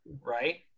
Right